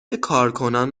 کارکنان